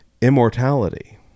immortality